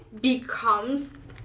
becomes